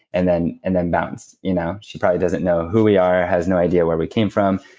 and then and then bounce. you know? she probably doesn't know who we are, has no idea where we came from,